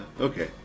okay